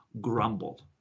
grumbled